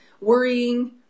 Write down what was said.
Worrying